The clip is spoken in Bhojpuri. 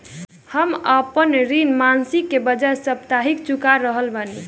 हम आपन ऋण मासिक के बजाय साप्ताहिक चुका रहल बानी